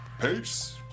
Peace